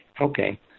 Okay